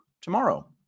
tomorrow